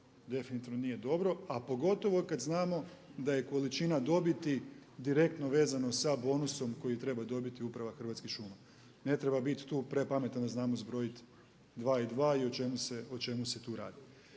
definitivno nije dobro a pogotovo kada znamo da je količina dobiti direktno vezano sa bonusom koji treba dobiti uprava Hrvatskih šuma. Ne treba biti tu prepametan da znamo zbrojiti dva i dva i o čemu se tu radi.